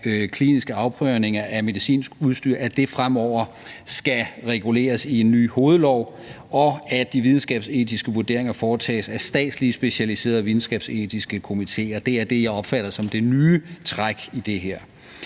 kliniske afprøvninger af medicinsk udstyr, altså at det fremover skal reguleres i en ny hovedlov, og at de videnskabsetiske vurderinger foretages af statslige specialiserede videnskabsetiske komitéer. Det er det, jeg opfatter som det nye træk i det her.